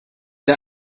der